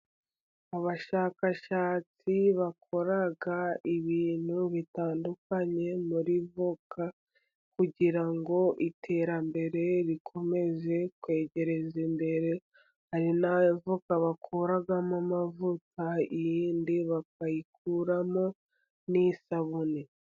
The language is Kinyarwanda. Abashakashatsi bakora ibintu bitandukanye muri avoka, kugira ngo iterambere rikomeze kwegereza imbere, hari n'avoka bakuramo amavuta, iyindi bakayikuramo n'isabune.